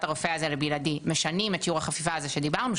הרופא הזה לבלעדי משנים את שיעור החפיפה הזה שדיברנו,